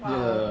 !wow!